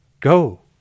Go